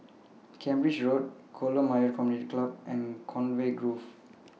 Cambridge Road Kolam Ayer Community Club and Conway Grove